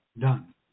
done